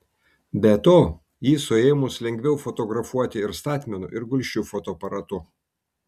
be to jį suėmus lengviau fotografuoti ir statmenu ir gulsčiu fotoaparatu